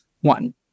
one